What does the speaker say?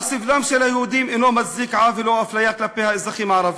אך סבלם של היהודים אינו מצדיק עוול או אפליה כלפי האזרחים הערבים,